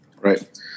Right